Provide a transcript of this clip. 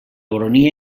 baronia